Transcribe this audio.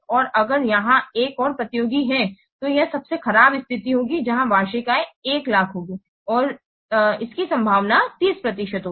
और अगर यहाँ एक और प्रतियोगी है तो यह सबसे खराब स्थिति होगी जहां वार्षिक आय 100000 होगी और संभावना 30 प्रतिशत होगी